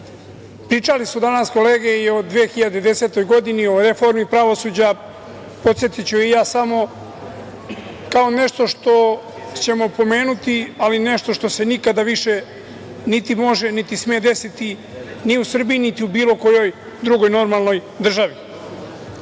Pričali su danas kolege i o 2010. godini, o reformi pravosuđa, pa podsetiću i ja samo kao nešto što ćemo pomenuti, ali nešto što se nikada više niti može, niti sme desiti u Srbiji, niti u bilo kojoj drugoj normalnoj državi. Pokušaj